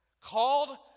called